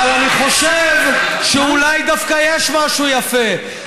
אבל אני חושב שאולי דווקא יש משהו יפה.